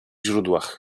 źródłach